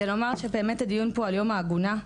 זה לומר שבאמת הדיון פה על יום העגונה,